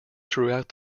throughout